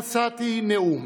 בתחילת כהונתי נשאתי נאום